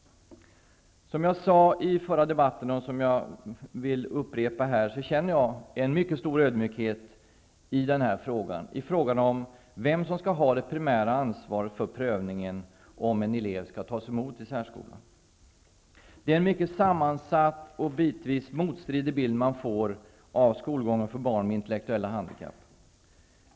Som jag sade i den förra debatten -- jag vill upprepa det här -- känner jag en mycket stor ödmjukhet i frågan om vem som skall ha det primära ansvaret för prövningen av om en elev skall tas emot i särskolan. Det är en mycket sammansatt och bitvis motstridig bild man får av skolgången för barn med intellektuella handikapp.